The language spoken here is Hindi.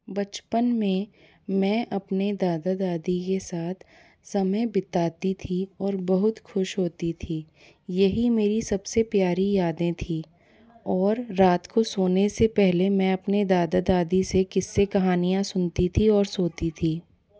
बचपन में मैं अपने दादा दादी के साथ समय बिताती थी और बहुत खुश होती थी यही मेरी सबसे प्यारी यादें थी और रात को सोने से पहले मैं अपने दादा दादी से किस्से कहानियाँ सुनती थी और सोती थी